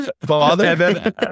Father